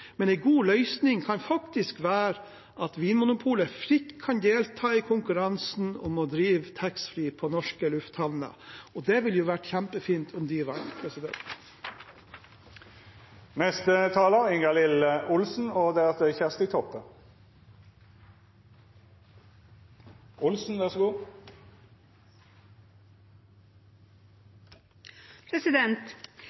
Men en god løsning kan være at Vinmonopolet fritt kan delta i konkurransen om å drive taxfree-handel i norske lufthavner – og det ville jo vært kjempefint om de vant. Vinmonopolet har en viktig sosialpolitisk rolle i Norge, noe som har bred oppslutning i det norske folk, og